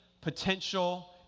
Potential